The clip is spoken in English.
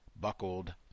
buckled